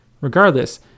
Regardless